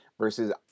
versus